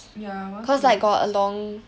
ya I want to